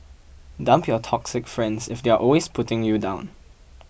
dump your toxic friends if they're always putting you down